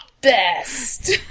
best